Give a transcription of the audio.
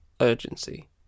urgency